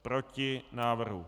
Proti návrhu.